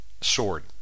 sword